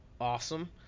awesome